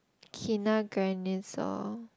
Kina-Grannis song